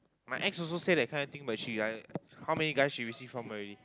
my ex also say that kind of thing but she like how many you receive from already